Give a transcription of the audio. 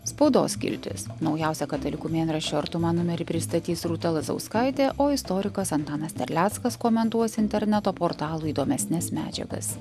spaudos skiltis naujausia katalikų mėnraščio artuma numerį pristatys rūta lazauskaitė o istorikas antanas terleckas komentuos interneto portalų įdomesnes medžiagas